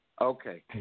Okay